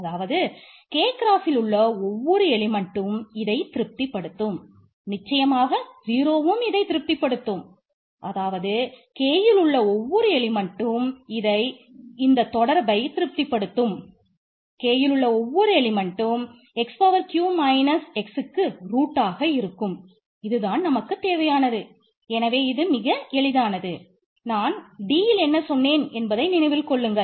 அதாவது K கிராஸ்சில் 1 மற்றும் 1 Fpல் இருக்கும் என்பதையும் நினைவில் கொள்ளுங்கள்